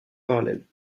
parallèle